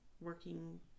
working